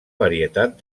varietat